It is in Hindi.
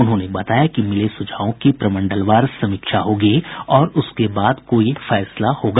उन्होंने बताया कि मिले सुझावों की प्रमंडलवार समीक्षा होगी और उसके बाद कोई फैसला किया जायेगा